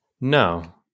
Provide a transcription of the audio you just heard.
No